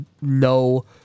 no